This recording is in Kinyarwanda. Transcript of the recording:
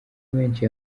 menshi